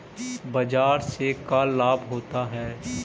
बाजार से का लाभ होता है?